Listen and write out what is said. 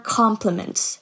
compliments